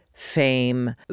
Fame